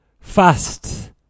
fast